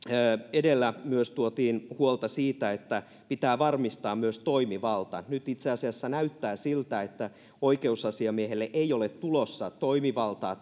edellä myös tuotiin huolta siitä että pitää varmistaa myös toimivalta niin nyt itse asiassa näyttää siltä että oikeusasiamiehelle ei ole tulossa toimivaltaa